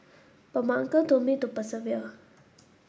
but my uncle told me to persevere